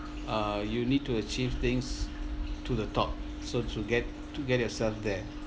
uh you need to achieve things to the top so to get to get yourself there